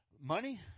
money